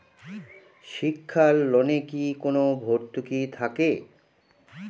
শিক্ষার লোনে কি কোনো ভরতুকি থাকে?